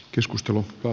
keskustelu on